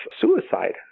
suicide